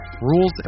Rules